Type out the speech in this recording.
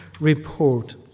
report